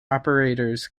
operators